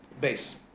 base